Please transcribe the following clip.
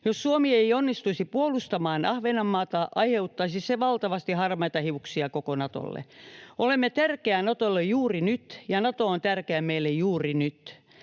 Jos Suomi ei onnistuisi puolustamaan Ahvenanmaata, aiheuttaisi se valtavasti harmaita hiuksia koko Natolle. Olemme tärkeä Natolle juuri nyt, ja Nato on tärkeä meille juuri nyt.